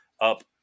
up